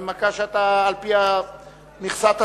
הנמקה שהיא על-פי מכסת הסיעה.